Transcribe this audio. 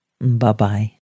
Bye-bye